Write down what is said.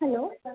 hello